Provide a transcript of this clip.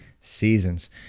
seasons